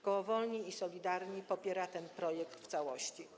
Koło Wolni i Solidarni popiera ten projekt w całości.